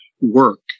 work